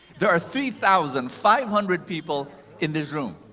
there are three thousand five hundred people in this room.